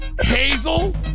Hazel